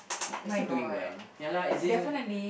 you're still doing well ah ya lah as in